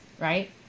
right